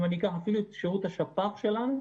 גם אם אני אקח את שירות השפ"ח שלנו,